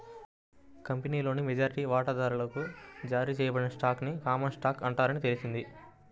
కంపెనీలోని మెజారిటీ వాటాదారులకు జారీ చేయబడిన స్టాక్ ని కామన్ స్టాక్ అంటారని తెలిసింది